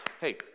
Hey